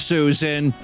Susan